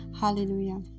Hallelujah